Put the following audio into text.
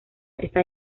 está